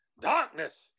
darkness